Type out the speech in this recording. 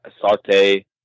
saute